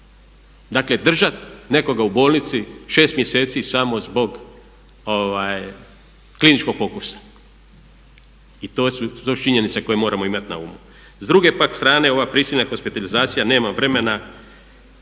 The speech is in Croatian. Dakle, držat nekoga u bolnici šest mjeseci samo zbog kliničkog pokusa i to su činjenice koje moramo imati na umu. S druge pak strane ova prisilna hospitalizacija nema vremena,